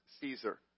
Caesar